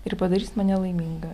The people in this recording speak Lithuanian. ir padarys mane laimingą